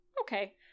Okay